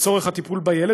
לצורך הטיפול בילד,